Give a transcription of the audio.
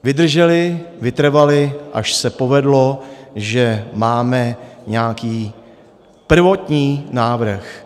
Vydrželi, vytrvali, až se povedlo, že máme nějaký prvotní návrh.